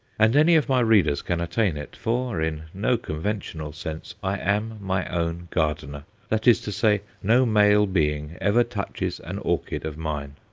and any of my readers can attain it, for in no conventional sense i am my own gardener that is to say, no male being ever touches an orchid of mine.